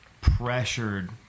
pressured